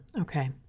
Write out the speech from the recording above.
Okay